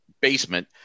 basement